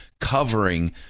covering